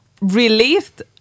released